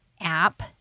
app